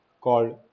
called